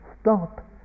stop